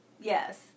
yes